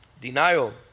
Denial